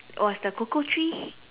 was the cocoa tree